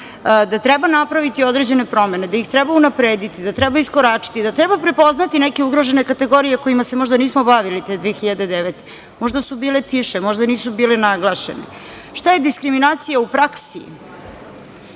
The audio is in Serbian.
da treba napraviti određene promene, da ih treba unaprediti, da treba iskoračiti, da treba prepoznati neke ugrožene kategorije kojima se možda nismo bavili te 2009. godine. Možda su bile tiše, možda nisu bile naglašene. Šta je diskriminacija u praksi?